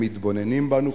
הם מתבוננים בנו,